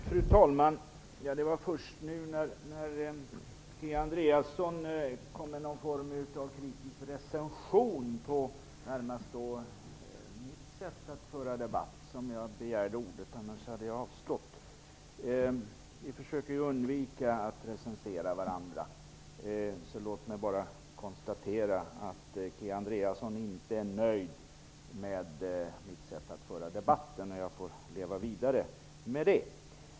Fru talman! Det var först när Kia Andreasson kom med någon form av kritisk recension vad gäller mitt sätt att föra debatt som jag begärde ordet. Annars hade jag avstått. Vi försöker ju undvika att recensera varandra. Låt mig bara konstatera att Kia Andreasson inte är nöjd med mitt sätt att föra debatt. Men jag får leva vidare med det.